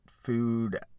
food